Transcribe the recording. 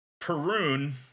Perun